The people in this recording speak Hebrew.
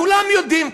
כולם יודעים,